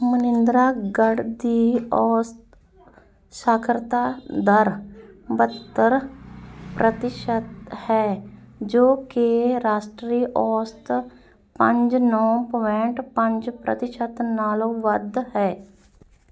ਮਾਨਿੰਦਰਾਗੜ੍ਹ ਦੀ ਔਸਤ ਸਾਖਰਤਾ ਦਰ ਬਹੱਤਰ ਪ੍ਰਤੀਸ਼ਤ ਹੈ ਜੋ ਕਿ ਰਾਸ਼ਟਰੀ ਔਸਤ ਪੰਜ ਨੌਂ ਪੁਆਇੰਟ ਪੰਜ ਪ੍ਰਤੀਸ਼ਤ ਨਾਲੋਂ ਵੱਧ ਹੈ